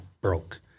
broke